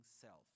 self